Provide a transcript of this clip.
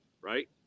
right